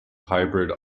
hybrid